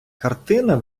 картина